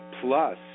plus